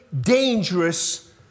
dangerous